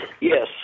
Yes